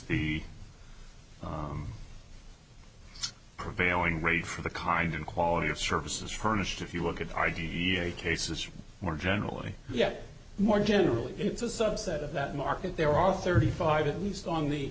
the prevailing rate for the kind of quality of services furnished if you look at the idea cases more generally yet more generally it's a subset of that market there are thirty five at least on the